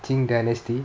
qing dynasty